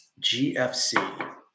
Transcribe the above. GFC